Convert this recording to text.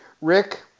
Rick